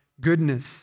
goodness